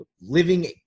living